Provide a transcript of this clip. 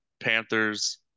Panthers